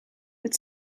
but